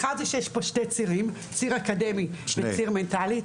אחת, יש פה שני צירים, ציר אקדמי וציר מנטלי.